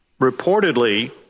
Reportedly